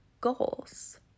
goals